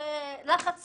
לחץ ציבורי.